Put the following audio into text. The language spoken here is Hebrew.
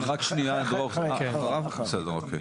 מר דרור בוימל, החברה להגנת הטבע.